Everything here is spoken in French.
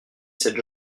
cette